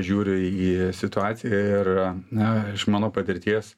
žiūriu į situaciją ir na iš mano patirties